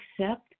accept